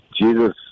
Jesus